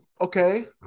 okay